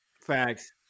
Facts